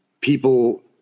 people